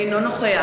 אינו נוכח